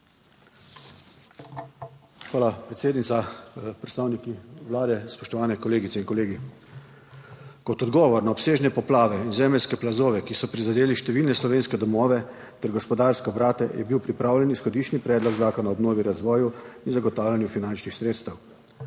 Hvala predsednica. Predstavniki Vlade, spoštovane kolegice in kolegi! Kot odgovor na obsežne poplave in zemeljske plazove, ki so prizadeli številne slovenske domove ter gospodarske obrate, je bil pripravljen izhodiščni predlog zakona o obnovi, razvoju in zagotavljanju finančnih sredstev.